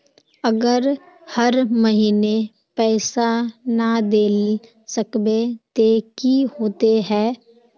अगर हर महीने पैसा ना देल सकबे ते की होते है?